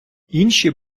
інші